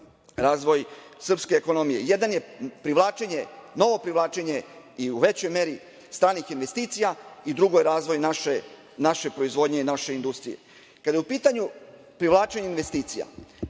razvoj srpske ekonomije. Jedan je novo privlačenje i u većoj meri stranih investicija. Drugo je razvoj naše proizvodnje i naše industrije. Kada je u pitanju privlačenje investicija,